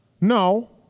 No